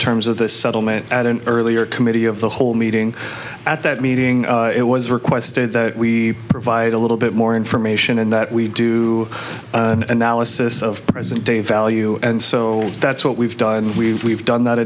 terms of the settlement at an earlier committee of the whole meeting at that meeting it was requested that we provide a little bit more information and that we do an analysis of present day value and so that's what we've done we've we've done